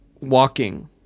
walking